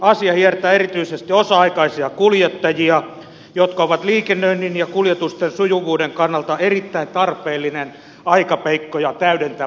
asia hiertää erityisesti osa aikaisia kuljettajia jotka ovat liikennöinnin ja kuljetusten sujuvuuden kannalta erittäin tarpeellinen aikakapeikkoja täydentävä ammattiryhmä